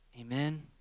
Amen